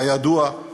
כידוע,